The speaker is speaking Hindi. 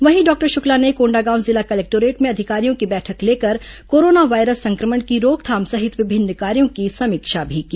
वहीं डॉक्टर शुक्ला ने कोंडागांव जिला कलेक्टोरेट में अधिकारियों की बैठक लेकर कोरोना वायरस संक्रमण की रोकथाम सहित विभिन्न कार्यों की समीक्षा भी की